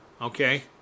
Okay